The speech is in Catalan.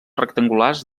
rectangulars